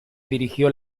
dirigió